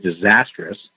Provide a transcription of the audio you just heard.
disastrous